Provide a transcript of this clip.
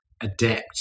adapt